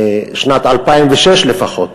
משנת 2006 לפחות?